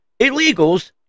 illegals